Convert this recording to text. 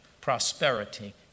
Prosperity